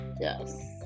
Yes